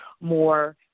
more